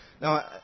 Now